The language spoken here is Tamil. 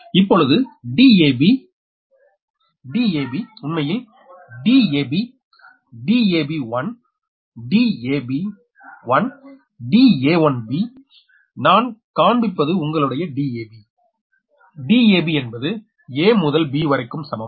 இப்பொழுது DabDab உண்மையில் dab dab1 da1b da1b நான் காண்பிப்பது உங்களுடைய DabDab என்பது a முதல் b வரைக்கும் சமம்